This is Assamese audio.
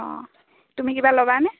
অঁ তুমি কিবা ল'বানে